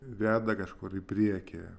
veda kažkur į priekį